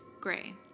gray